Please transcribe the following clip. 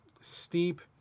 Steep